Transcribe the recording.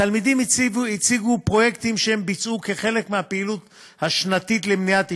תלמידים הציגו פרויקטים שהם ביצעו כחלק מהפעילות השנתית למניעת עישון,